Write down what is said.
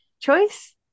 choice